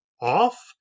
off